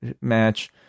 match